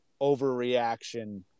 overreaction